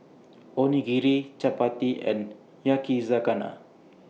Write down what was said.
Onigiri Chapati and Yakizakana